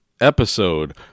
episode